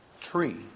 tree